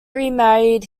remarried